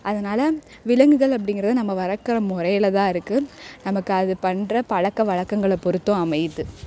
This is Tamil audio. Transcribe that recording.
அதனால் விலங்குகள் அப்படிங்குறது நம்ம வளர்க்குற முறையில் தான் இருக்குது நமக்கு அது பண்ணுற பழக்கவலக்கங்கள பொறுத்தும் அமையுது